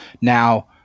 Now